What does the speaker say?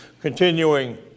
continuing